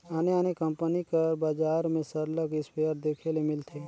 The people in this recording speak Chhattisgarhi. आने आने कंपनी कर बजार में सरलग इस्पेयर देखे ले मिलथे